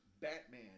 Batman